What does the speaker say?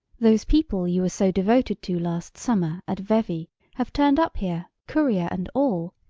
those people you were so devoted to last summer at vevey have turned up here, courier and all,